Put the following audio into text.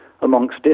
amongst